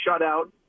shutout